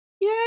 Yay